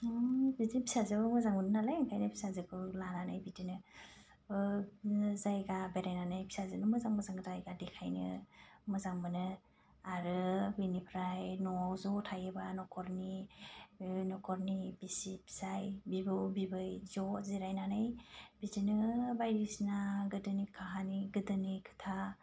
बिदिनो फिसाजोआबो मोजां मोनो नालाय ओंखायनो फिसाजोखौ लानानै बिदिनो ओ जायगा बेरायनानै फिसाजोनो मोजां मोजां जायगा देखानो मोजां मोनो आरो बेनिफ्राय न'वाव ज' थायोबा न'खरनि न'खरनि बिसि फिसाय बिबौ बिबै ज' जिरायनानै बिदिनो बायदिसिना गोदोनि काहानि गादोनि खोथा